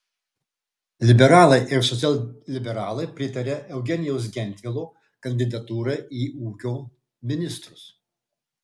liberalai ir socialliberalai pritaria eugenijaus gentvilo kandidatūrai į ūkio ministrus